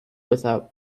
without